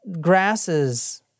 grasses